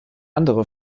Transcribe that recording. andere